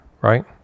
right